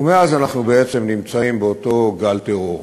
ומאז אנחנו נמצאים באותו גל טרור.